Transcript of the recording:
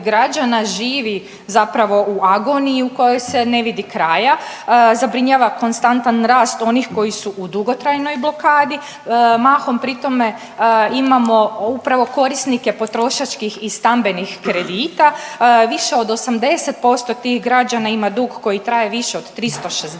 živi zapravo u agoniji u kojoj se ne vidi kraja. Zabrinjava konstantan rast onih koji su u dugotrajnoj blokadi. Mahom pri tome imamo upravo korisnike potrošačkih i stambenih kredita. Više od 80% tih građana ima dug koji traje više od 360